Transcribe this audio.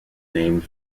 named